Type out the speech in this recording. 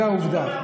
זה העובדה.